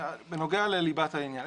בנוגע לליבת העניין,